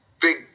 Big